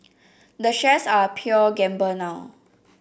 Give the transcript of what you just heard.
the shares are a pure gamble now